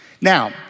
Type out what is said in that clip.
Now